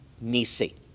Nisi